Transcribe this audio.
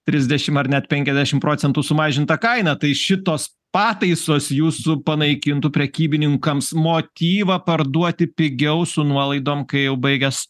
trisdešim ar net penkiasdešim procentų sumažintą kainą tai šitos pataisos jūsų panaikintų prekybininkams motyvą parduoti pigiau su nuolaidom kai jau baigias